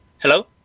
Hello